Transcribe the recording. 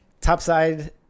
topside